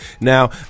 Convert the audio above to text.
now